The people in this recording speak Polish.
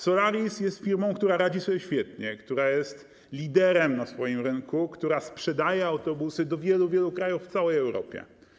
Solaris jest firmą, która radzi sobie świetnie, która jest liderem na swoim rynku, która sprzedaje autobusy do wielu, wielu krajów w całej Europie.